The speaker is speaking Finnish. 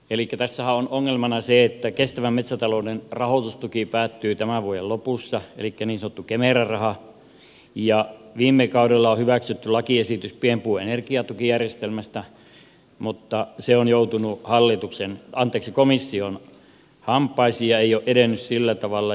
elikkä tässähän on ongelmana se että kestävän metsätalouden rahoitustuki päättyy tämän vuoden lopussa elikkä niin sanottu kemera raha ja viime kaudella on hyväksytty lakiesitys pienpuun energiatukijärjestelmästä mutta se on joutunut komission hampaisiin ja ei ole edennyt sillä tavalla